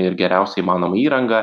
ir geriausią įmanomą įrangą